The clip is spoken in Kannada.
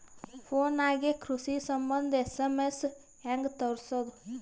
ಫೊನ್ ನಾಗೆ ಕೃಷಿ ಸಂಬಂಧ ಎಸ್.ಎಮ್.ಎಸ್ ಹೆಂಗ ತರಸೊದ?